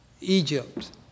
Egypt